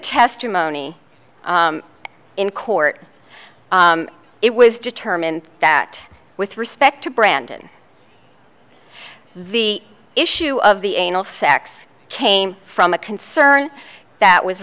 testimony in court it was determined that with respect to brandon the issue of the anal sex came from a concern that was